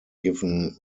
given